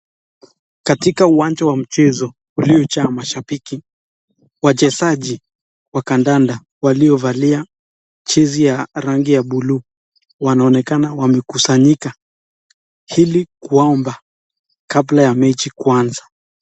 Katika uwanja wa mchezo kuna mashabiki, wachezaji wa kandanda waliovalia jezi ya rangi ya buluu wanaonekana wamekusanyika ili kuomba kabla ya mechi kuanza.